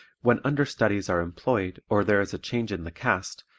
when understudies are employed or there is a change in the cast,